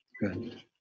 good